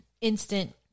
instant